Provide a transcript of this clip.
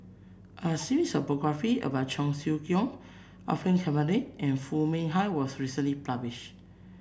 a series of biography about Cheong Siew Keong Orfeur Cavenagh and Foo Mee Har was recently published